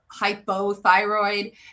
hypothyroid